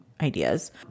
ideas